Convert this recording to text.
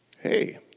Hey